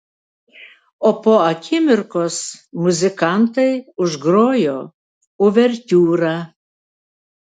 o po akimirkos muzikantai užgrojo uvertiūrą